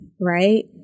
right